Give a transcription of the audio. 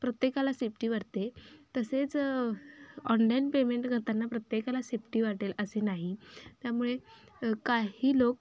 प्रत्येकाला सेफ्टी वाटते तसेच ऑनलाईन पेमेंट करताना प्रत्येकाला सेफ्टी वाटेल असे नाही त्यामुळे काही लोक